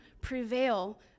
prevail